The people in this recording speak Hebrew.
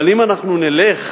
אבל אם אנחנו נלך